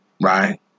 right